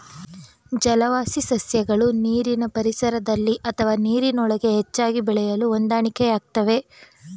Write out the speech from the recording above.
ಜಲವಾಸಿ ಸಸ್ಯಗಳು ನೀರಿನ ಪರಿಸರದಲ್ಲಿ ಅಥವಾ ನೀರಿನೊಳಗೆ ಹೆಚ್ಚಾಗಿ ಬೆಳೆಯಲು ಹೊಂದಾಣಿಕೆಯಾಗ್ತವೆ